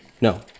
No